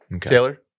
Taylor